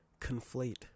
conflate